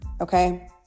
okay